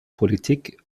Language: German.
politik